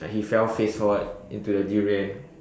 like he fell face forward into the durian